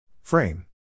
Frame